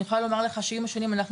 אני יכולה לומר לך שעם השנים אנחנו